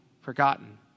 forgotten